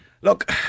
Look